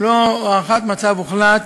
ולנוכח הערכת מצב, הוחלט